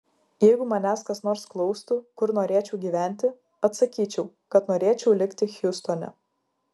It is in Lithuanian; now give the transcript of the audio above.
jeigu manęs kas nors klaustų kur norėčiau gyventi atsakyčiau kad norėčiau likti hjustone